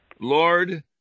Lord